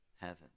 heaven